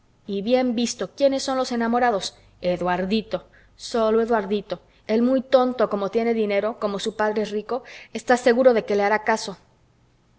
y bien visto quiénes son los enamorados eduardito sólo eduardito el muy tonto como tiene dinero como su padre es rico está seguro de que le hará caso mis